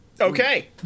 Okay